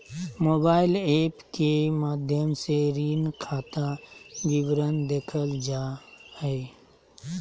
mobile app के माध्यम से ऋण खाता विवरण देखल जा हय